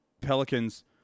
Pelicans